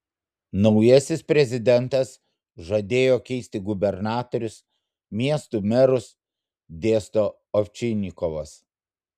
naujasis prezidentas žadėjo keisti gubernatorius miestų merus dėsto ovčinikovas